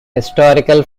historical